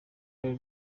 ari